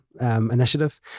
initiative